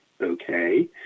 okay